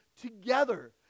together